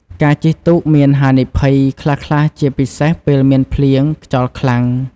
ការជិះទូកមានហានិភ័យខ្លះៗជាពិសេសពេលមានភ្លៀងខ្យល់ខ្លាំង។